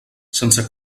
sense